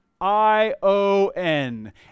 I-O-N